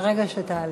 מרגע שתעלה.